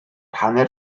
hanner